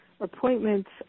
appointments